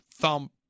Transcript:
thump